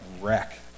wreck